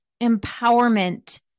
empowerment